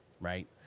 right